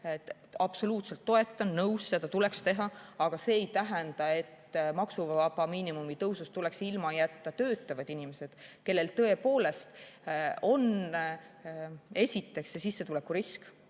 Absoluutselt toetan, nõus, seda tuleks teha, aga see ei tähenda, et maksuvaba miinimumi tõusust tuleks ilma jätta töötavad inimesed, kellel tõepoolest on esiteks see sissetulekurisk,